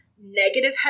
negative